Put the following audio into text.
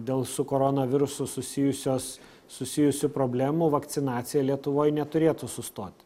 dėl su koronavirusu susijusios susijusių problemų vakcinacija lietuvoj neturėtų sustot